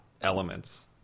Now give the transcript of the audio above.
elements